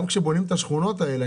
גם כשבונים את השכונות האלה,